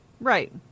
Right